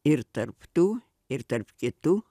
ir tarp tų ir tarp kitų